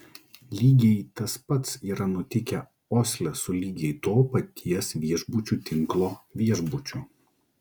lygiai tas pats yra nutikę osle su lygiai to paties viešbučių tinklo viešbučiu